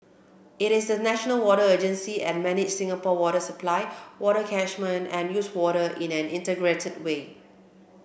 it is the national water agency and manages Singapore water supply water catchment and used water in an integrated way